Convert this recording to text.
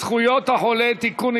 זכויות החולה (תיקון,